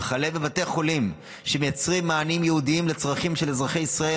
וכלה בבתי חולים שמייצרים מענים ייעודיים לצרכים של אזרחי ישראל,